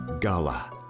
Gala